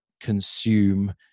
consume